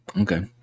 Okay